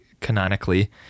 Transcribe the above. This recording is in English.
canonically